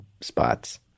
spots